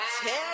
tell